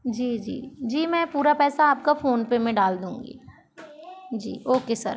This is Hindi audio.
जी जी जी मैं पूरा पैसा आपका फ़ोनपे में डाल दूँगी जी ओके सर